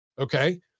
okay